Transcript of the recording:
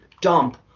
dump